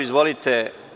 Izvolite.